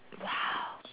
!wow!